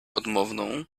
odmowną